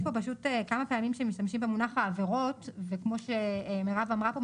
יש פה כמה פעמים שמשתמשים במונח 'העבירות' וכמו שמירב אמרה פה,